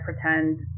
pretend